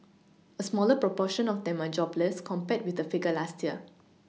a smaller proportion of them are jobless compared with the figure last year